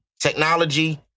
technology